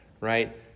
right